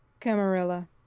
Camarilla